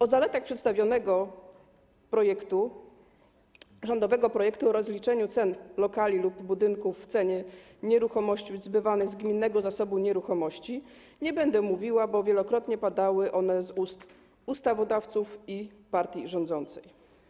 O zaletach przedstawionego projektu, rządowego projektu o rozliczaniu ceny lokali lub budynków w cenie nieruchomości zbywanych z gminnego zasobu nieruchomości, nie będę mówiła, bo wielokrotnie takie słowa padały z ust ustawodawców i partii rządzącej.